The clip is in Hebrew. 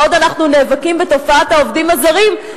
בעוד אנחנו נאבקים בתופעת העובדים הזרים,